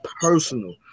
personal